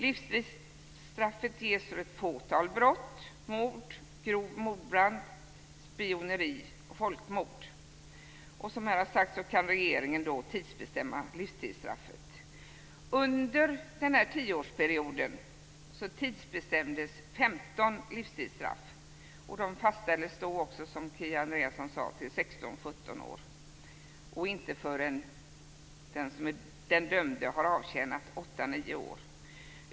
Livstidsstraffet ges för ett fåtal brott: mord, grov mordbrand, spioneri och folkmord. Som här har sagts kan regeringen tidsbestämma livstidsstraffet. Under den gångna tioårsperioden har 15 livstidsstraff tidsbestämts. Som Kia Andreasson sade har de tidsbestämts till 16-17 år. Tidsbestämningen skedde inte förrän den dömde hade avtjänat mellan åtta och nio år.